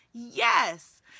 Yes